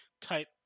type